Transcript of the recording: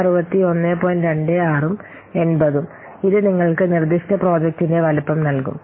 26 ഉം 80 ഉം ഇത് നിങ്ങൾക്ക് നിർദ്ദിഷ്ട പ്രോജക്റ്റിന്റെ വലുപ്പം നൽകും